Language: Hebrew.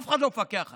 אף אחד לא מפקח עליהן,